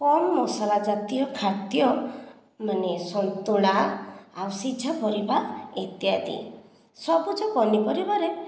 କମ୍ ମସଲା ଜାତୀୟ ଖାଦ୍ୟ ମାନେ ସନ୍ତୁଳା ଆଉ ସିଝା ପରିବା ଇତ୍ୟାଦି ସବୁଜ ପନିପରିବାରେ